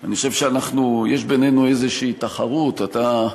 שאני חושב שיש בינינו איזו תחרות, אתה,